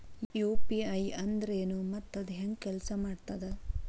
UPI ಅಂದ್ರೆನು ಮತ್ತ ಅದ ಹೆಂಗ ಕೆಲ್ಸ ಮಾಡ್ತದ